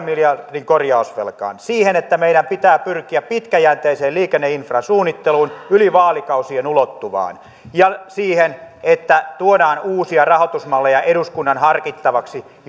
miljardin korjausvelkaan siihen että meidän pitää pyrkiä pitkäjänteiseen liikenneinfran suunnitteluun yli vaalikausien ulottuvaan ja siihen että tuodaan uusia rahoitusmalleja eduskunnan harkittavaksi